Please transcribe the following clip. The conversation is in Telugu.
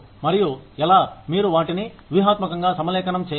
మరియు ఎలా మీరు వాటిని వ్యూహాత్మకంగా సమలేఖనం చేయాలి